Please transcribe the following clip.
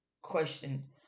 question